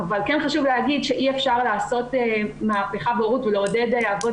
אבל כן חשוב להגיד שאי אפשר לעשות מהפכה בהורות ולעודד אבות